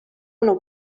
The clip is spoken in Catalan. una